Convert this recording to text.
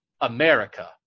America